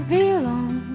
belong